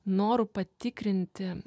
noru patikrinti